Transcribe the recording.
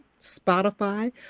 Spotify